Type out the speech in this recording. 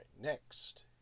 next